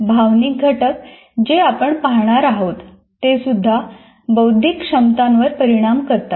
भावनिक घटक जे आपण पाहणार आहोत तेसुद्धा बौद्धिक क्षमतांवर परिणाम करतात